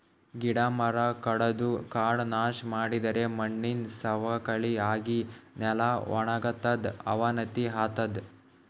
ಗಿಡ ಮರ ಕಡದು ಕಾಡ್ ನಾಶ್ ಮಾಡಿದರೆ ಮಣ್ಣಿನ್ ಸವಕಳಿ ಆಗಿ ನೆಲ ವಣಗತದ್ ಅವನತಿ ಆತದ್